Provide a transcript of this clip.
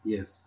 Yes